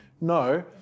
No